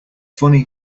funny